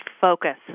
focus